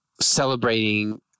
celebrating